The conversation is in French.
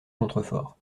contreforts